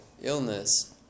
illness